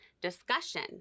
discussion